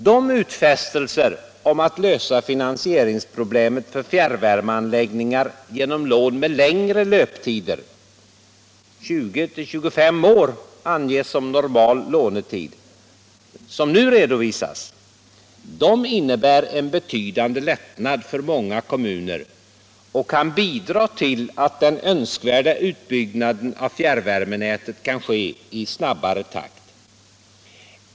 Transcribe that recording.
De utfästelser om att lösa finansieringsproblemet för fjärrvärmeanläggningar genom lån med längre löptider — 20-25 år anges som normal lånetid — som nu redovisas innebär en betydande lättnad för många kommuner och kan bidra till att den önskvärda utbyggnaden av fjärrvärmenätet kan ske i snabbare takt.